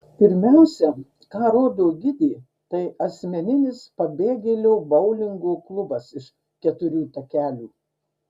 pirmiausia ką rodo gidė tai asmeninis pabėgėlio boulingo klubas iš keturių takelių